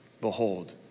Behold